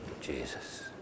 Jesus